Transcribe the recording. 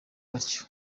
batyo